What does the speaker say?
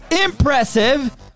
Impressive